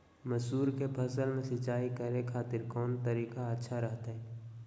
मसूर के फसल में सिंचाई करे खातिर कौन तरीका अच्छा रहतय?